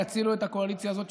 יצילו את הקואליציה הזאת,